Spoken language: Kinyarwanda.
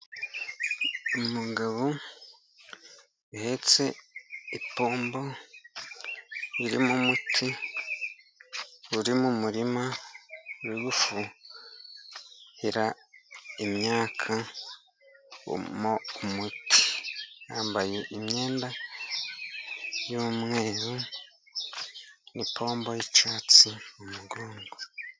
Umugabo uhetse ipombo irimo umuti uri mu murima, uri gufuhira imyaka mo umuti yambaye imyenda y'umweru n'ipombo y'icyatsi mu mugongo.